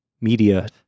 media